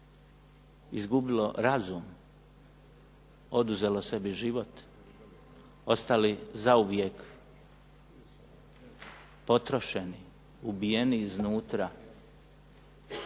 izgubilo razum, oduzelo sebi život, ostali zauvijek potrošeni, ubijeni iznutra,